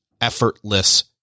effortless